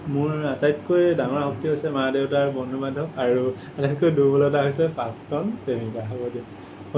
মোৰ আটাইতকৈ ডাঙৰ শক্তি হৈছে মা দেউতা আৰু বন্ধু বান্ধৱ আৰু আটাইতকৈ দুৰ্বলতা হৈছে হ'ব দিয়া